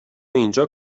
اینجا